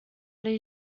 did